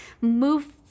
move